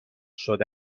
شده